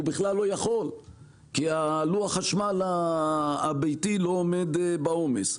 הוא בכלל לא יכול כי לוח החשמל הביתי לא עומד בעומס.